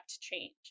change